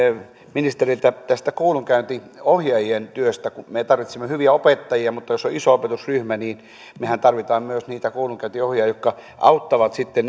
ministeriltä tästä koulunkäyntiohjaajien työstä me tarvitsemme hyviä opettajia mutta jos on iso opetusryhmä niin mehän tarvitsemme myös niitä koulunkäyntiohjaajia jotka auttavat sitten